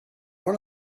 one